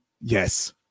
Yes